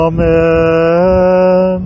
Amen